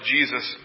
Jesus